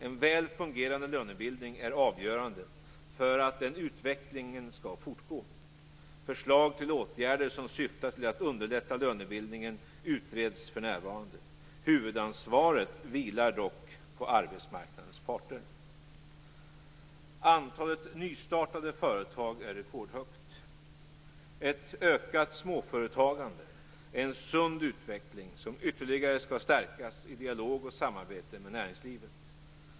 En väl fungerande lönebildning är avgörande för att den utvecklingen skall fortgå. Förslag till åtgärder som syftar till att underlätta lönebildningen utreds för närvarande. Huvudansvaret vilar dock på arbetsmarknadens parter. Antalet nystartade företag är rekordhögt. Ett ökat småföretagande är en sund utveckling, som ytterligare skall stärkas i dialog och samarbete med näringslivet.